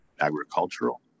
agricultural